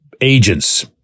agents